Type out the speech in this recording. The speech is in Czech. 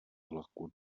vlaku